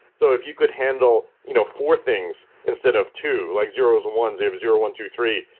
so if you could handle you know four things instead of two, like zeroes and ones, you have zero, one, two, three.